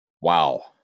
wow